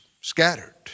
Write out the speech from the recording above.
scattered